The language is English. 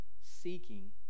seeking